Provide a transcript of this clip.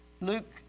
Luke